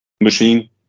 machine